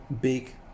big